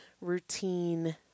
routine